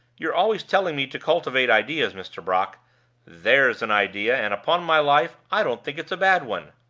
you're always telling me to cultivate ideas, mr. brock there's an idea, and, upon my life, i don't think it's a bad one.